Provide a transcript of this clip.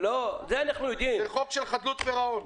זה חוק של חדלות פירעון.